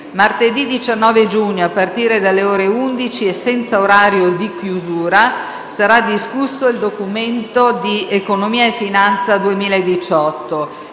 Martedì 19 giugno, a partire dalle ore 11 e senza orario di chiusura, sarà discusso il Documento di economia e finanza 2018.